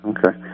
Okay